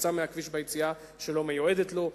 שיצא מהכביש ביציאה שלא מיועדת לו,